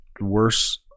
worse